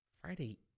Friday